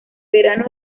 verano